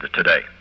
today